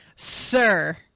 Sir